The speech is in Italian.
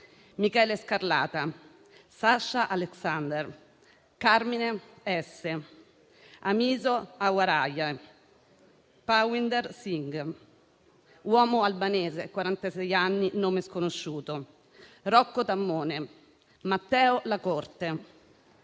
Michele Scarlata, Sasha Alexander, Carmine S., Amiso Hawaray, Parwinder Singh, uomo albanese di 46 anni (nome sconosciuto), Rocco Tammone, Matteo Lacorte,